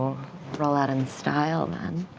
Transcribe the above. roll out in style, then.